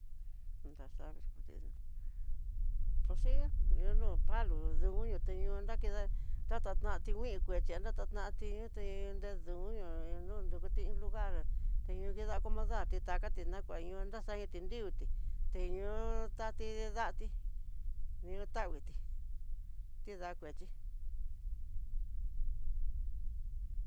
Naxavii kuxiná po siii yuno palo kú nruté ño'o nrakida tata tanti nguikuéxhi natatanti yute nredu'u ñoo no nrukuti iin lugar tiño tida comodarti takati nakueño, nraxa niti nriviti teño tati danti ñotaviti tidakuexhí.